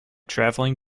travelling